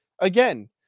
Again